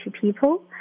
people